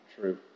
true